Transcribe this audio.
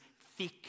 thick